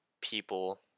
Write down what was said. people